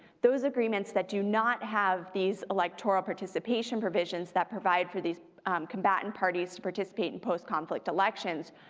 those agreements that do not have these electoral participation provisions that provide for these combatant parties to participate in post-conflict elections,